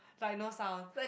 like no sound